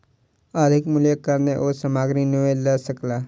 अधिक मूल्यक कारणेँ ओ सामग्री नै लअ सकला